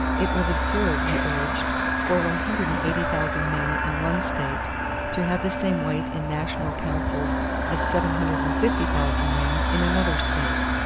it was absurd, he urged, for one hundred and eighty thousand men in one state to have the same weight in national counsels as seven hundred and fifty thousand men in another state.